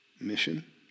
Mission